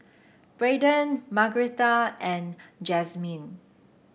Braden Margretta and Jazmyn